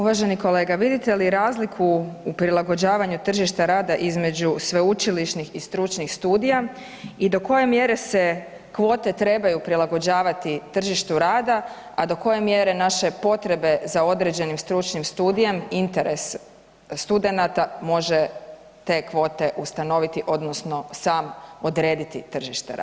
Uvaženi kolega vidite li razliku u prilagođavanju tržišta rada između sveučilišnih i stručnih studija i do koje mjere se kvote trebaju prilagođavati tržištu rada, a do koje mjere naše potrebe za određenim stručnim studijem, interes studenata može te kvote ustanoviti odnosno sam odrediti tržište rada?